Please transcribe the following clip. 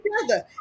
together